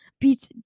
beats